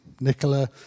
Nicola